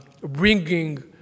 bringing